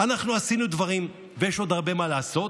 אנחנו עשינו דברים, ויש עוד הרבה מה לעשות,